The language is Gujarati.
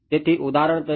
તેથી ઉદાહરણ તરીકે